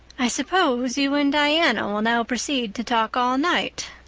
i suppose you and diana will now proceed to talk all night,